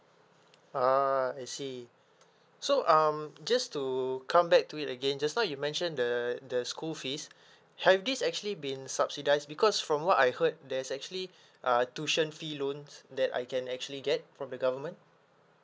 ah I see so um just to come back to it again just now you mention the the school fees have this actually been subsidise because from what I heard there's actually uh tuition fee loans that I can actually get from the government